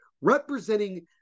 representing